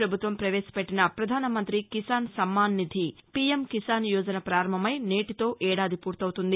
ప్రభుత్వం ప్రవేశపెట్టిన పధాన మంతి కిసాన్ సమ్మాన్ నిధి పీఎం కిసాన్ యోజన పారంభమై నేటితో ఏడాది పూర్తవుతుంది